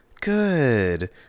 good